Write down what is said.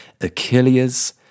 Achilles